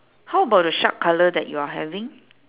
how about the shark colour that you are having